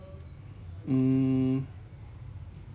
mm